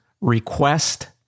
request